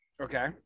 okay